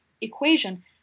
equation